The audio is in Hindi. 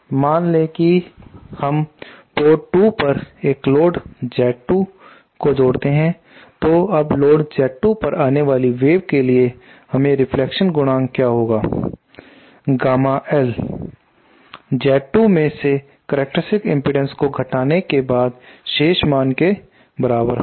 मान ले कि हम पोर्ट 2 पर एक लोड Z2 को जोड़ते हैं तो अब लोड Z2 पर आने वाली वेव के लिए रिफ्लेक्शन गुणांक क्या होगा गामा l Z2 मैं से करक्टेरिस्टिक्स इम्पीडेन्स को घटाने के बाद शेष मान के बराबर होगा